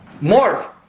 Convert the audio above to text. Mark